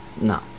No